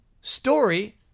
story